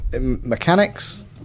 mechanics